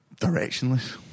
directionless